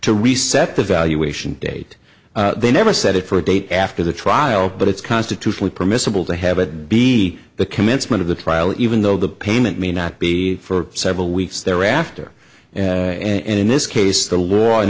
to reset the valuation date they never set it for a date after the trial but it's constitutionally permissible to have it be the commencement of the trial even though the payment may not be for several weeks thereafter and in this case the war in